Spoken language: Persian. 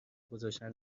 گذاشتن